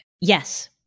Yes